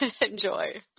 Enjoy